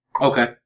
Okay